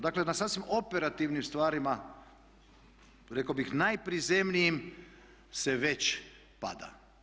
Dakle na sasvim operativni stvarima rekao bih najprizemnijim se već pada.